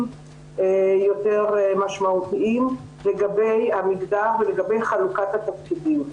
יותר משמעותיים לגבי המגדר ולגבי חלוקת התפקידים.